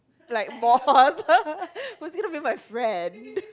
like moth who is gonna be my friend